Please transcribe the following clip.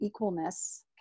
equalness